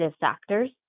factors